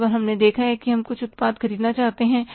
कई बार हमने देखा है कि हम एक उत्पाद खरीदना चाहते हैं